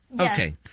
Okay